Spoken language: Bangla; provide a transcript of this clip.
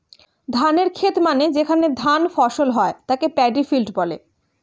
ধানের খেত মানে যেখানে ধান ফসল হয়ে তাকে প্যাডি ফিল্ড বলে